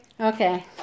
Okay